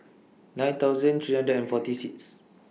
nine thousand three hundred and forty six